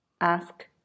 ask